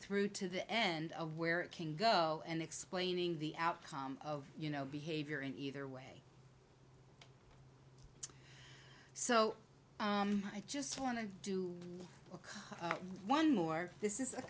through to the end of where it can go and explaining the outcome of you know behavior in either way so i just want to do one more this is a